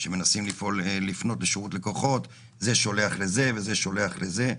כשמנסים לפנות לשירות לקוחות אז זה שולח לזה וזה שולח לזה.